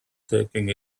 taking